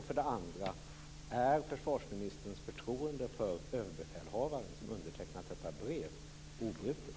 För det andra: Är försvarsministerns förtroende för överbefälhavaren, som har undertecknat detta brev, obrutet?